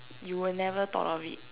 you will never thought of it